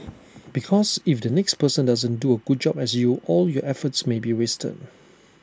because if the next person doesn't do A good job as you all your efforts may be wasted